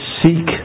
seek